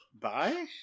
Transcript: Bye